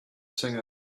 singer